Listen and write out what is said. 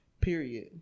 Period